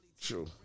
True